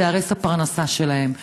תיהרס הפרנסה שלהן.